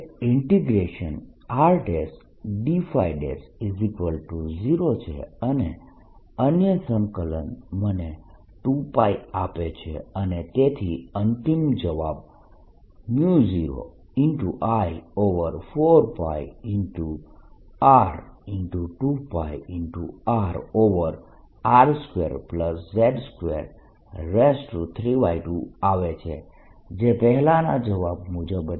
B0I4πRd×zz Rrz2R2320I4πRdϕz2R232zrzR0I2R2R2z232 હવે rd0 છે અને અન્ય સંકલન મને 2π આપે છે અને તેથી અંતિમ જવાબ 0I4πR×2π×RR2z232 આવે છે જે પહેલાના જવાબ મુજબ જ છે